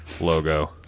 logo